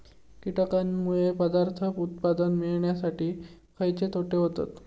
कीटकांनमुळे पदार्थ उत्पादन मिळासाठी खयचे तोटे होतत?